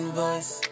voice